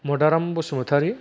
Madaram Basumatary